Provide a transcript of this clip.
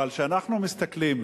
אבל כשאנחנו מסתכלים,